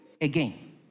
again